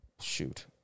shoot